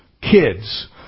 kids